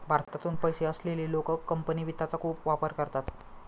भारतातून पैसे असलेले लोक कंपनी वित्तचा खूप वापर करतात